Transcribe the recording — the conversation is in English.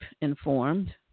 informed